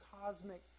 cosmic